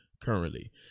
currently